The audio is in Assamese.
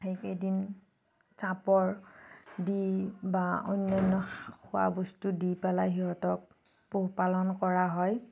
সেইকেইদিন চাপৰ দি বা অন্যান্য খোৱা বস্তু দি পেলাই সিহঁতক পোহপালন কৰা হয়